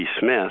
Smith